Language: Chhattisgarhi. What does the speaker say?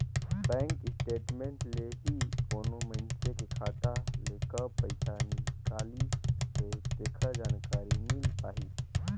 बेंक स्टेटमेंट ले ही कोनो मइनसे के खाता ले कब पइसा निकलिसे तेखर जानकारी मिल पाही